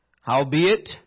howbeit